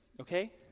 okay